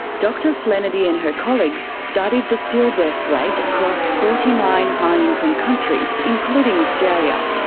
dr flenady and her colleagues studied the stillbirth rate across forty nine high income countries, including australia.